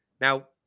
Now